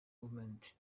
movement